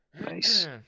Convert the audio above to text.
Nice